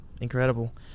incredible